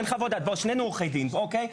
בוא, שנינו עורכי דין, אוקיי?